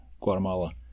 Guatemala